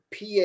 PA